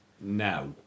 now